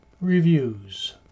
Reviews